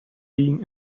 being